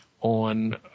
on